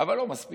אבל זה לא מספיק